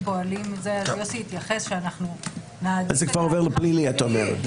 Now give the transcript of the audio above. יוסי התייחס שאנחנו -- זה כבר גובל בפלילי את אומרת.